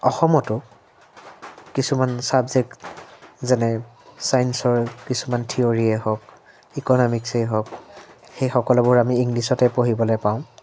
অসমতো কিছুমান ছাবজেক্ট যেনে ছাইন্সৰ কিছুমান থিয়ৰিয়েই হওক ইকনমিক্সেই হওক সেই সকলোবোৰ আমি ইংলিছতে পঢ়িবলৈ পাওঁ